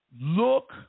look